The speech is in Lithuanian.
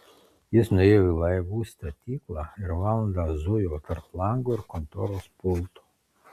jis nuėjo į laivų statyklą ir valandą zujo tarp lango ir kontoros pulto